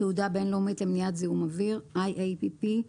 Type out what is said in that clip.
תעודה בין-לאומית למניעת זיהום אוויר (IAPP-International